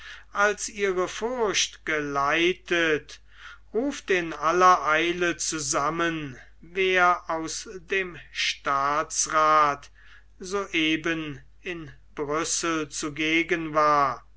als ihre furcht geleitet ruft in aller eile zusammen wer aus dem staatsrath so eben in brüssel zugegen war